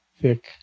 thick